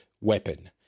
weapon